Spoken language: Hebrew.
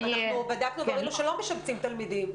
אנחנו בדקנו וראינו שלא משבצים תלמידים.